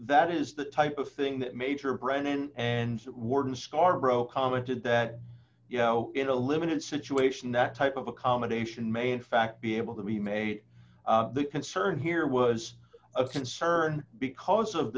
that is the type of thing that major brennan and warden scarboro commented that you know in a limited situation that type of accommodation may in fact be able to be made the concern here was a concern because of